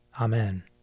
Amen